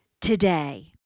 today